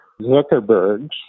Zuckerbergs